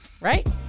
Right